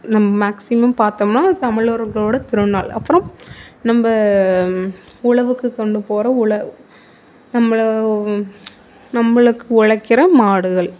நம்ம மேக்சிமம் பார்த்தோம்னா தமிழர்களோட திருநாள் அப்புறம் நம்ம உழவுக்கு கொண்டு போகிற உழ நம்மள நம்மளுக்கு உழைக்கிற மாடுகள்